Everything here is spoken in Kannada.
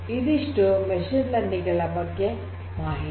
ಇದಿಷ್ಟು ಮಷೀನ್ ಲರ್ನಿಂಗ್ ಬಗ್ಗೆ ಮಾಹಿತಿ